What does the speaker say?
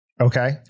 okay